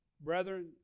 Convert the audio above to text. Brethren